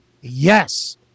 yes